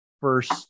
first